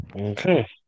Okay